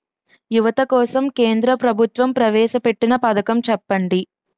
యువత కోసం కేంద్ర ప్రభుత్వం ప్రవేశ పెట్టిన పథకం చెప్పండి?